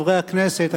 חברי הכנסת,